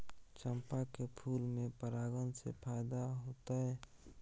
चंपा के फूल में परागण से फायदा होतय?